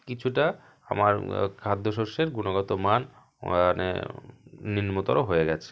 কিছুটা আমার খাদ্য শস্যের গুণগতমান মানে নিম্নতর হয়ে গেছে